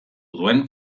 duen